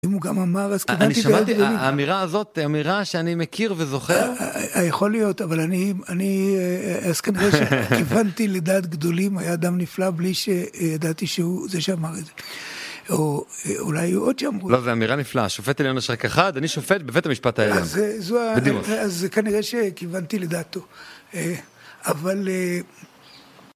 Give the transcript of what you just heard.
אם הוא גם אמר, אז כנראה .. אני גם שמעתי, האמירה הזאת, אמירה שאני מכיר וזוכר? יכול להיות, אבל אני... אז כנראה שכיוונתי לדעת גדולים, היה אדם נפלא בלי שידעתי שהוא זה שאמר את זה. או אולי עוד שאמרו... לא, זו אמירה נפלאה. שופט עליון יש רק אחד, אני שופט בבית המשפט העליון, בדימוס. אז כנראה שכיוונתי לדעתו. אבל...